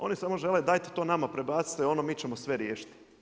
Oni samo žele dajte to nama prebacite, mi ćemo sve riješiti.